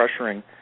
pressuring